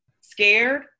scared